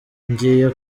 ngiye